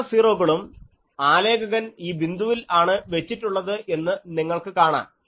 എല്ലാ സീറോകളും ആലേഖൻ ഈ ബിന്ദുക്കളിൽ ആണ് വെച്ചിട്ടുള്ളത് എന്ന് നിങ്ങൾക്ക് കാണാം